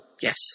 Yes